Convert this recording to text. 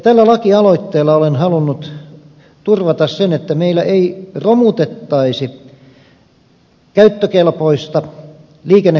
tällä lakialoitteella olen halunnut turvata sen että meillä ei romutettaisi käyttökelpoista liikennekalustoa